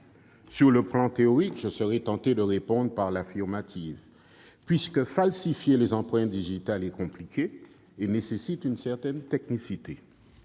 de vue théorique, je suis tenté de répondre par l'affirmative puisque falsifier des empreintes digitales est compliqué et nécessite une certaine technicité.